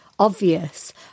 obvious